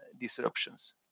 disruptions